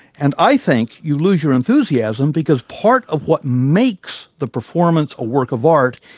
and i think you lose your enthusiasm because part of what makes the performance a work of art,